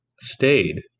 Stayed